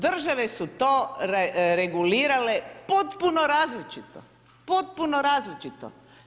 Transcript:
Države su to regulirale potpuno različito, potpuno različito.